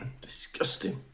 Disgusting